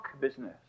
business